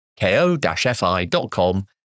ko-fi.com